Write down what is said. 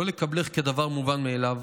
לא לקבלך כדבר מובן מאליו,